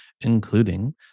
including